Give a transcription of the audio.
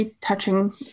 touching